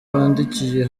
bandikiye